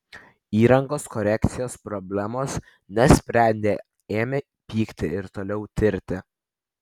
įrangos korekcijos problemos nesprendė ėmė pykti ir toliau tirti